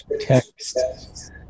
text